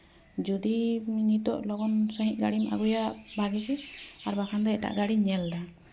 ᱡᱩᱫᱤ ᱱᱤᱛᱳᱜ ᱞᱚᱜᱚᱱ ᱥᱟᱺᱦᱤᱡ ᱜᱟᱹᱰᱤᱢ ᱟᱜᱩᱭᱟ ᱵᱷᱟᱜᱮ ᱟᱨ ᱵᱟᱠᱷᱟᱱ ᱫᱚ ᱮᱴᱟᱜ ᱜᱟᱹᱰᱤᱧ ᱧᱮᱞᱫᱟ